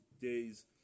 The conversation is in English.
days